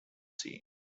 sea